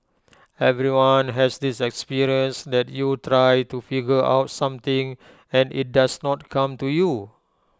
everyone has this experience that you try to figure out something and IT does not come to you